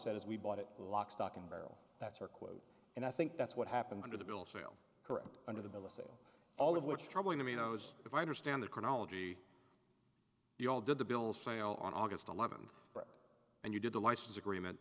as we bought it lock stock and barrel that's our quote and i think that's what happened under the bill sale correct under the bill of sale all of which is troubling to me knows if i understand the chronology you all did the bills fail on august eleventh and you did the license agreement